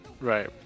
right